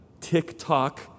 TikTok